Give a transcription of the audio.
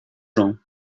gens